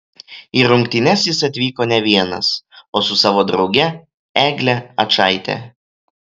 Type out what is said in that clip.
į rungtynes jis atvyko ne vienas o su savo drauge egle ačaite